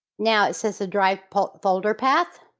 now it says the drive folder path,